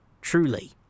Truly